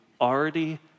already